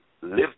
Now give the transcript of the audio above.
live